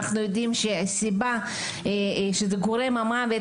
אנחנו יודעים שהתאבדות היא גורם המוות